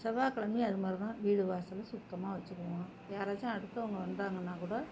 செவ்வாய்க்கெழமையும் அது மாதிரி தான் வீடு வாசலை சுத்தமாக வச்சுக்குவோம் யாராச்சும் அடுத்தவங்க வந்தாங்கனால்கூட